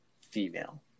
female